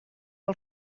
que